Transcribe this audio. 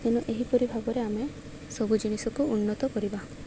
ତେଣୁ ଏହିପରି ଭାବରେ ଆମେ ସବୁ ଜିନିଷକୁ ଉନ୍ନତ କରିବା